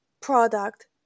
product